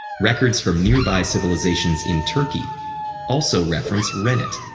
records from nearby civilizations in turkey also reference rennet.